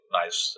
nice